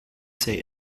say